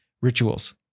rituals